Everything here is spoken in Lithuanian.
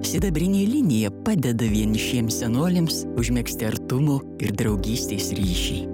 sidabrinė linija padeda vienišiems senoliams užmegzti artumo ir draugystės ryšį